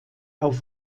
auf